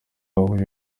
wahuje